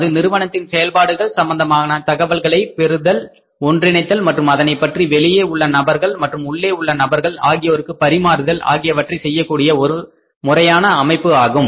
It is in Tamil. அது நிறுவனத்தின் செயல்பாடுகள் சம்பந்தமான தகவல்களை பெறுதல் ஒன்றிணைத்தல் மற்றும் அதனைப்பற்றி வெளியே உள்ள நபர்கள் மற்றும் உள்ளே உள்ள நபர்கள் ஆகியோருக்கு பரிமாறுதல் ஆகியவற்றை செய்ய கூடிய ஒரு முறையான அமைப்பு ஆகும்